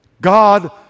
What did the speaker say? God